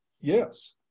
Yes